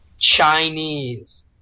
Chinese